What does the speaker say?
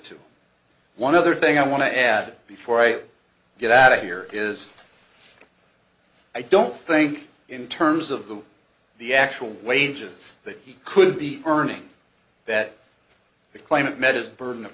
to one other thing i want to add before i get out of here is i don't think in terms of the the actual wages that he could be earning that the claimant med is burden of